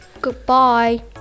Goodbye